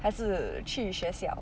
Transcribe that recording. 还是去学校